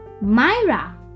Myra